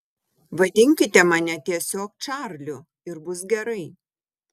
vadinkite mane tiesiog čarliu ir bus gerai